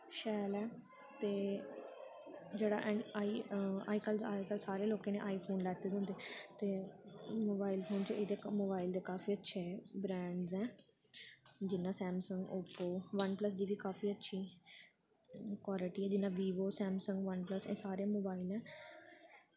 शैल ऐ ते ते जेह्ड़ा ऐं आ अज्ज कल अज्ज कल सारें लोकें ते आई फोन लैते दे होंदे ते मोबाइल फोन च मोबाइल दे काफी अच्छे ब्रैंडस ऐ जियां सैंमसंग ओपो बन प्लस दी बी काफी अच्छी क्वालिटी ऐ जियां वीवो सैमसंग बन प्लस एह् सारे मोबाइल न